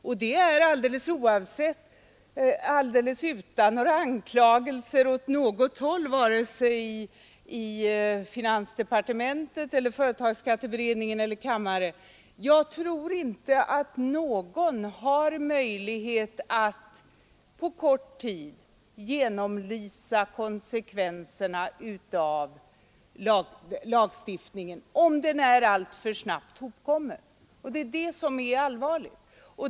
Jag tror inte — utan att här rikta några anklagelser åt något håll vare sig till finansdepartementet, företagsskatteberedningen eller kammaren — att någon har möjlighet att på kort tid genomlysa konsekvenserna av en lagstiftning som är för snabbt hopkommen. Det är det som är allvarligt.